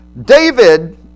David